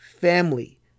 family